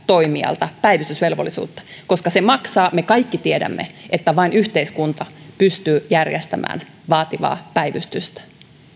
toimijalta päivystysvelvollisuutta koska se maksaa me kaikki tiedämme että vain yhteiskunta pystyy järjestämään vaativaa päivystystä